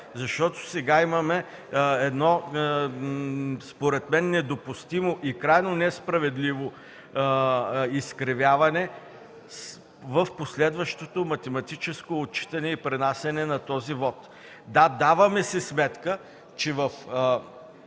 мандати. Сега имаме едно недопустимо и крайно несправедливо изкривяване в последващото математическо отчитане и пренасяне на този вот. Да, даваме си сметка, че в